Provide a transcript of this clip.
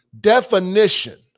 definition